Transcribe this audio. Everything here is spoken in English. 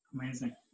Amazing